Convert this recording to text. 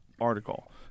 article